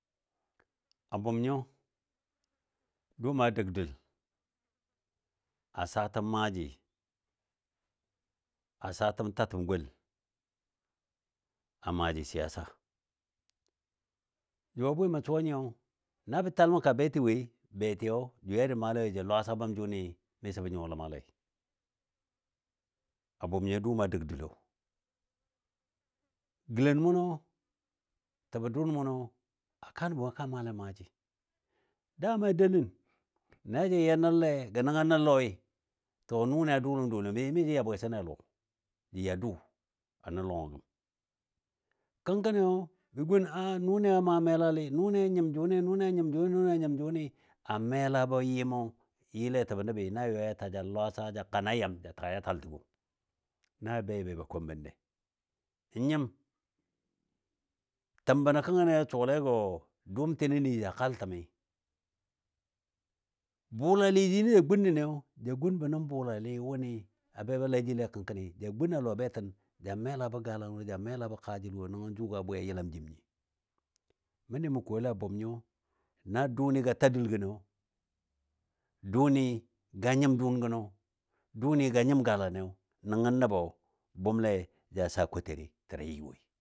A bʊm nyɔ duumɔ a dəg dul a saatəm maaji, a saatəm tatəm gol a maaji sijasa. Jʊ a bwɨ mə suwa nyiyo na bə taləm ka betɨ woi, beti yajə lwasa bəm jʊni mɨsɔ bə nyuwa ləma lei a bʊm nyo duumɔ a dəg dullɔ gəlen mʊnɔ təbɔ dʊʊn mʊnɔ a kaanbɔ wo gə kan maale maaji. Dama delən na jə ya nəllɛ gə nəngɔ nəlɔi to nʊni a duləm duləmi mi jə ya bwɛsənne a lɔ jə dʊ a nə lɔngɔ gəm. Kəngkəniyo bə gun a a nʊni a maa melalɨ, nʊni a nyim jʊni, nʊni a nyim jʊni, nʊni a nyim jʊni, a melabɔ yɨmə yɨle təbə nəbi na yɔi ja ta ja lwasa ja ka na yam ja təga ja tal təgo, na bə bei be na kombənne. N nyim təm bəno kənkani jə suwalegɔ dʊʊtinɔ nə ji ja kal təmi. Bʊlalɨ jino ja gun nən ja gunbɔ nən bulalɨ wʊni a be ba la jile kəngkəni, ja gun a lɔ betən ja melabɔ galan wo, ja melabɔ kaajəl wo nəngo jʊga bwɨ a yəlam jim nyi. Məndi mə kole a bʊm nyo na dʊʊni ga ta dul gənɔ, dʊʊni ga nyim dʊn gəno, dʊʊni ga nyim galaniyo, nəngɔ nəbo bʊmle ja saa kotare təda yɨ woi